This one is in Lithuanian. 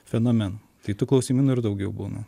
fenomenu tai tų klausimynų ir daugiau būna